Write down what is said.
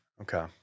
Okay